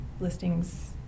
Listings